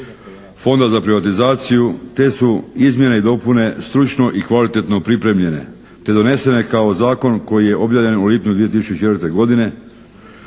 Fonda za privatizaciju te su izmjene i dopune stručno i kvalitetno pripremljene te donesene kao zakon koji je objavljen u lipnju 2004. godine.